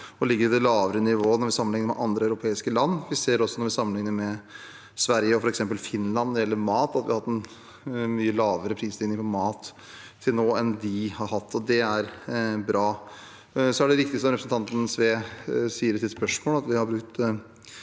de ligger i det lavere nivå når vi sammenligner med andre europeiske land. Vi ser også, når vi sammenligner med f.eks. Sverige og Finland når det gjelder mat, at vi til nå har hatt en mye lavere prisstigning på mat enn de har hatt, og det er bra. Så er det riktig, som representanten Sve sier i sitt spørsmål, at vi har brukt